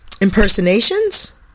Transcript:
impersonations